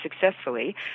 successfully